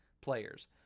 players